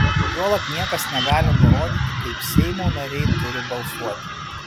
juolab niekas negali nurodyti kaip seimo nariai turi balsuoti